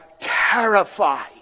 terrified